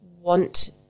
want